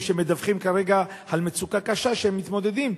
שמדווחים כרגע על מצוקה קשה שאתה הם מתמודדים